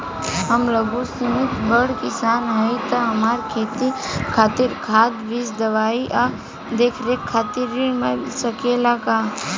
हम लघु सिमांत बड़ किसान हईं त हमरा खेती खातिर खाद बीज दवाई आ देखरेख खातिर ऋण मिल सकेला का?